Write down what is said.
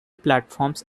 platforms